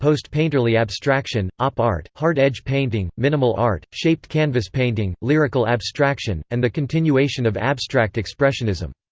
post painterly abstraction, op art, hard-edge painting, minimal art, shaped canvas painting, lyrical abstraction, and the continuation of abstract expressionism.